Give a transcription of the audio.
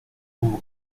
como